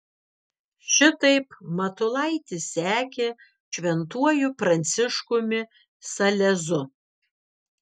šitaip matulaitis sekė šventuoju pranciškumi salezu